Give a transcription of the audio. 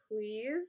Please